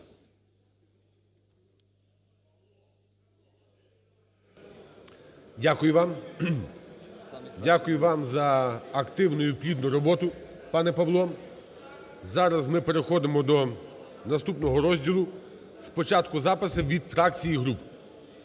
Дякую вам за активну і плідну роботу, пане Павло. Зараз ми переходимо до наступного розділу. Спочатку записи від фракцій і груп,